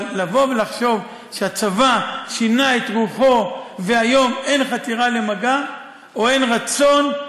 אבל לבוא ולחשוב שהצבא שינה את רוחו והיום אין חתירה למגע או אין רצון,